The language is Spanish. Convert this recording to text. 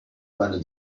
cuando